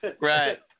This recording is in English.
right